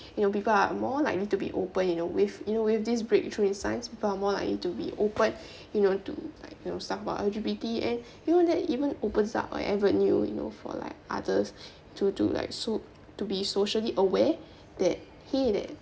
you know people are more likely to be open you know with you know with this breakthrough in science people are more likely to be open in order to like you know stuff about L_G_B_T and you know that even opens up a avenue for like others to do like s~ to be socially aware that !hey! that